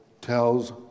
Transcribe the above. tells